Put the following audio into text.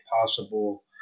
possible